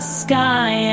sky